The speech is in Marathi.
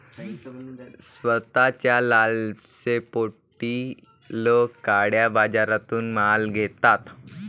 स्वस्ताच्या लालसेपोटी लोक काळ्या बाजारातून माल घेतात